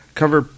cover